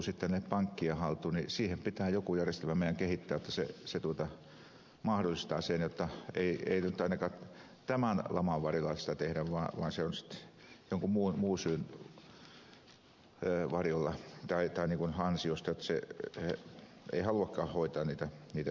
siihen pitää jokin järjestelmä meidän kehittää että se mahdollistaa sen jotta ei ainakaan tämän laman varjolla sitä tehdä vaan se on sitten jonkin muun syyn ansiosta eli ei haluakaan hoitaa niitä velvoitteitaan